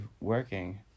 working